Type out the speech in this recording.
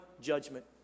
judgment